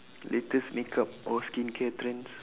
latest makeup or skincare trends